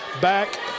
back